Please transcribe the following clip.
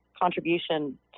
contribution